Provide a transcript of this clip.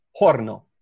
horno